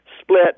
split